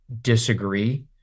disagree